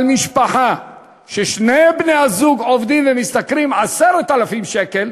אבל משפחה ששני בני-הזוג עובדים ומשתכרים 10,000 שקל,